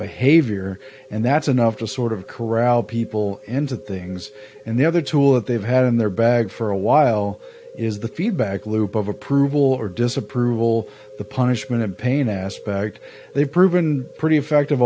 behavior and that's enough to sort of corral people into things and the other tour that they've had in their bag for a while is the feedback loop of approval or disapproval the punishment and pain aspect they prove been pretty effective